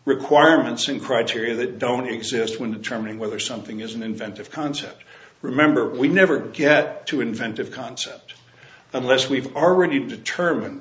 requirements and criteria that don't exist when determining whether something is an inventive concept remember we never get to inventive concept unless we've already determine